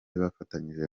bafatanyije